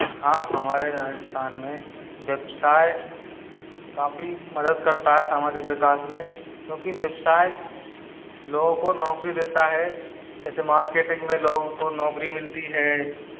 हाँ हमारे राजस्थान में व्यवसाय काफी मदद करता है सामाजिक विकास में क्योंकि व्यावसाय लोगों को नौकरी देता है ऐसे मार्केटिंग में लोगों को नौकरी मिलती है